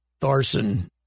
Thorson